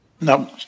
No